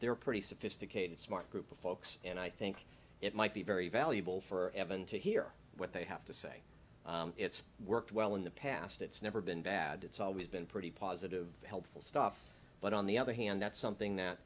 they're pretty sophisticated smart group of folks and i think it might be very valuable for evan to hear what they have to say it's worked well in the past it's never been bad it's always been pretty positive helpful stuff but on the other hand that's something that